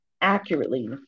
accurately